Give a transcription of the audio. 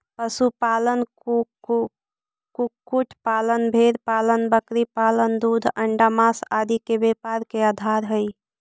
पशुपालन, कुक्कुट पालन, भेंड़पालन बकरीपालन दूध, अण्डा, माँस आदि के व्यापार के आधार हइ